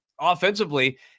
offensively